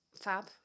fab